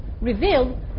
reveal